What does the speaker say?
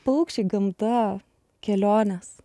paukščiai gamta kelionės